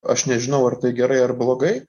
aš nežinau ar tai gerai ar blogai